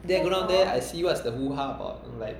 then I go down there I see what's the hoo-haa about